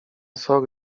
sok